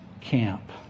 camp